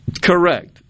Correct